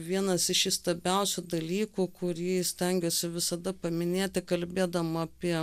vienas iš įstabiausių dalykų kurį stengiuosi visada paminėti kalbėdama apie